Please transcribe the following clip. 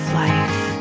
life